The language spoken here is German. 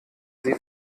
sie